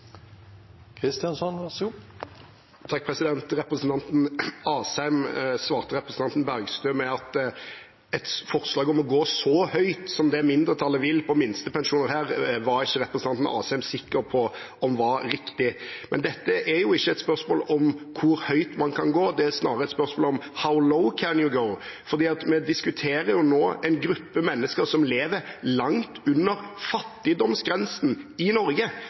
å gå så høyt på minstepensjon som det mindretallet vil her, var han ikke sikker på om var riktig. Men det er ikke et spørsmål om hvor høyt man kan gå, det er snarere et spørsmål om «how low can you go», for vi diskuterer nå en gruppe mennesker som lever langt under fattigdomsgrensen i Norge.